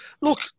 look